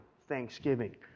thanksgiving